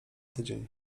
tydzień